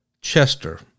Chester